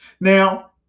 Now